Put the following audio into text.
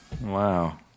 wow